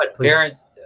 parents